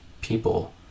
people